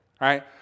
right